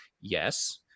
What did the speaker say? Yes